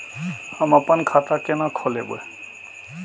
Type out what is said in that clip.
हम अपन खाता केना खोलैब?